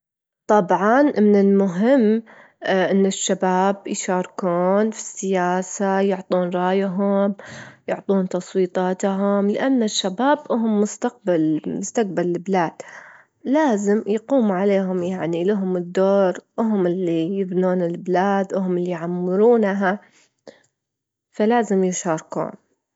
أحلى الأطعمة البسيطة اللي أحبها مرة، هي السندوتشات مثل إني أسوي سندوتش فلافل، أو أسوي توست مع جبن، أحب الشوربة السهلة أو الشوربة المضروبة متل شوربة العدس، وأحب شوربة الخضار، وأكل الأسماك البحرية.